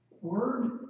word